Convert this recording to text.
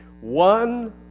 One